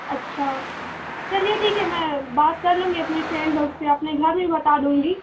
اچّھا چلیے ٹھیک ہے میں بات کر لوں گی اپنے فرینڈ لوگ سے اپنے گھر بھی بتا دوں گی